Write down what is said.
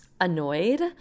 annoyed